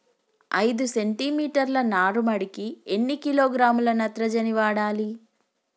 ఐదు సెంటి మీటర్ల నారుమడికి ఎన్ని కిలోగ్రాముల నత్రజని వాడాలి?